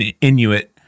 Inuit